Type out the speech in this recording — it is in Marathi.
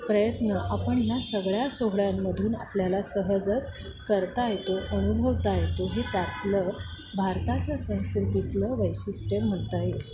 प्रयत्न आपण ह्या सगळ्या सोहळ्यांमधून आपल्याला सहजच करता येतो अनुभवता येतो हे त्यातलं भारताचं संस्कृतीतलं वैशिष्ट्य म्हणता येत